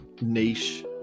niche